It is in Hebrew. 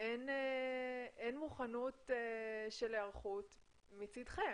אין מוכנות של היערכות מצדכם.